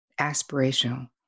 aspirational